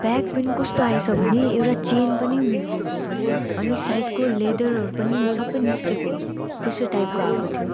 bag पनि कस्तो आएछ भने एउटा चेन पनि बिग्रिएको अनि साइडको लेदरहरू पनि सबै निस्किएको त्यस्तो टाइपको आएको थियो